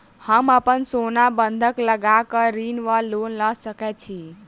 हम अप्पन सोना बंधक लगा कऽ ऋण वा लोन लऽ सकै छी?